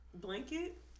Blanket